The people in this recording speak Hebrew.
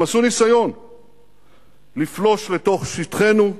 הם עשו ניסיון לפלוש לתוך שטחנו,